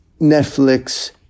Netflix